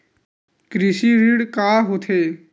कृषि ऋण का होथे?